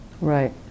Right